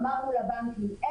ממרץ יש לך רק שבועיים, זה